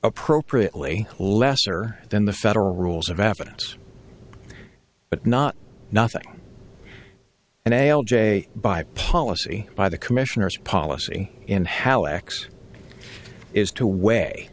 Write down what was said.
appropriately lesser than the federal rules of evidence but not nothing and alle j by policy by the commissioners policy in how x is two way